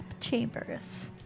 chambers